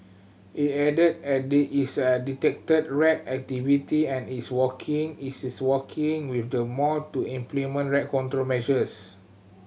it added add is a detected rat activity and is working working with the mall to implement rat control measures